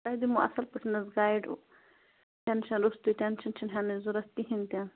تۄہہِ دِمو اَصٕل پٲٹھۍ حظ گایِڈ ٹینشَن روٚستٕے ٹینشَن چھِنہٕ ہٮ۪نٕچ ضوٚرَتھ کِہیٖنۍ تہِ نہٕ